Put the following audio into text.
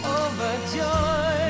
overjoyed